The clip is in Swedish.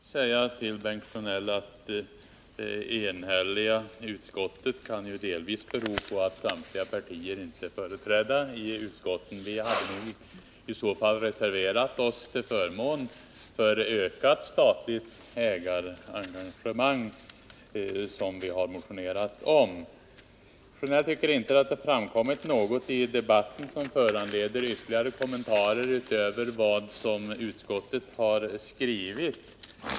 Herr talman! Får jag först säga till Bengt Sjönell att det enhälliga utskottsbetänkandet kan bero på att samtliga partier inte är företrädda i utskotten. Vi hade i annat fall reserverat oss till förmån för ökat statligt ägarengagemang, som vi har motionerat om. Bengt Sjönell tycker inte att det har framkommit något i debatten som föranleder ytterligare kommentarer utöver vad utskottet har skrivit.